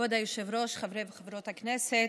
כבוד היושב-ראש, חברי וחברות הכנסת,